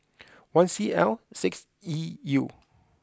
one C L six E U